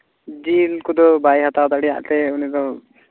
ᱡᱤᱞ ᱠᱚᱫᱚ ᱵᱟᱭ ᱦᱟᱛᱟᱣ ᱫᱟᱲᱮᱭᱟᱜ ᱛᱮ ᱩᱱᱤ ᱫᱚ